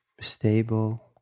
stable